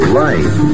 life